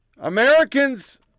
Americans